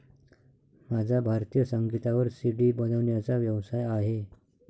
माझा भारतीय संगीतावर सी.डी बनवण्याचा व्यवसाय आहे